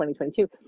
2022